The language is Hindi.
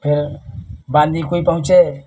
फिर बांदीकुई पहुँचे